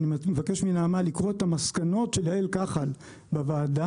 אני מבקש מנעמה לקרוא את המסקנות של יעל כחל בוועדה,